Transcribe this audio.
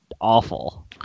awful